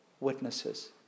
witnesses